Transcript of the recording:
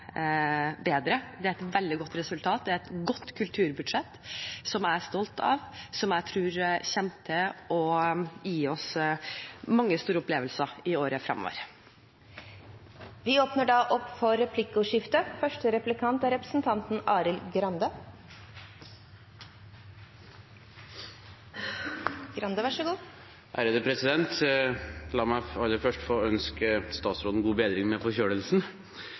bedre. Det er et veldig godt resultat. Det er et godt kulturbudsjett, som jeg er stolt av, og som jeg tror kommer til å gi oss mange store opplevelser i året som kommer. Det blir replikkordskifte. La meg aller først få ønske statsråden god bedring av forkjølelsen – og for så